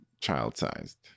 child-sized